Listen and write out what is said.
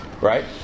right